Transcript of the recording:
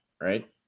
Right